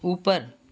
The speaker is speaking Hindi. ऊपर